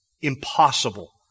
impossible